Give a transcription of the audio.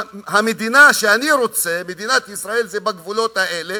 המדינה שאני רוצה, מדינת ישראל, היא בגבולות האלה,